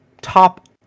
top